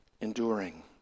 enduring